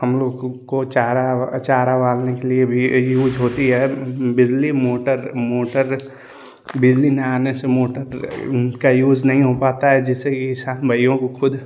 हम लोगों को चारा चारा वालने के लिए भी यूज़ होती है बिजली मोटर मोटर बिजली न आने से मोटर उसका यूज़ नहीं हो पाता है जिससे कि किसान भाइयों को खुद